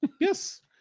yes